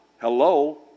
Hello